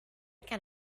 can